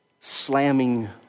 slamming